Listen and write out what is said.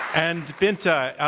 and binta,